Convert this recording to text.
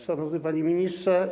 Szanowny Panie Ministrze!